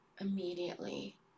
immediately